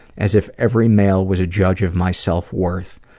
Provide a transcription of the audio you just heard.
as if every male was a judge of my self-worth.